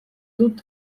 dut